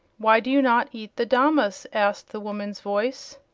why do you not eat the damas? asked the woman's voice.